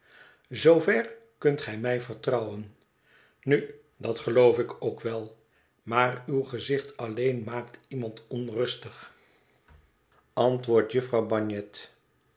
zoover kunt ge mij vertrouwen nu dat geloof ik ook wel maar uw gezicht alleen maakt iemand onrustig antwoordt